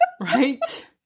Right